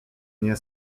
nie